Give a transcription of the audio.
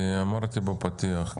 כי אמרתי בפתיח.